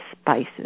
spices